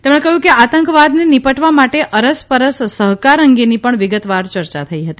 તેમણે કહ્યું કે આતંકવાદને નિપટવા માટે અરસપરસ સહકાર અંગેની પણ વિગતવાર યર્યા થઇ હતી